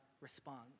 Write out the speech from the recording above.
responds